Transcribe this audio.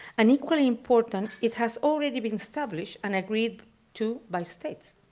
and equally important, it has already been established and agreed to by states.